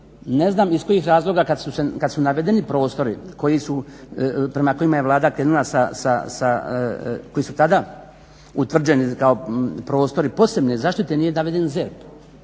Ne znam iz kojih razloga kad su navedeni prostori prema kojima je Vlada krenula sa, koji su tada utvrđeni kao prostori posebne zaštite nije naveden